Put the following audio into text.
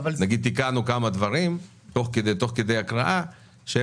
אנחנו מתקנים כמה דברים תוך כדי הקראה.